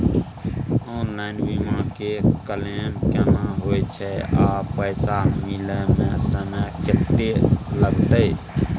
Online बीमा के claim केना होय छै आ पैसा मिले म समय केत्ते लगतै?